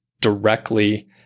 directly